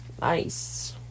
Nice